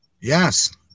Yes